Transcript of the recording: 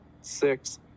six